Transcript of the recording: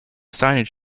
signage